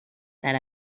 that